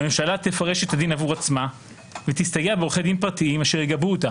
הממשלה תפרש את הדין עבור עצמה ותסתייע בעורכי דין פרטיים אשר יגבו אותה